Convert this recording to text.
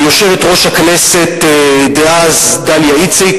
יושבת-ראש הכנסת דאז דליה איציק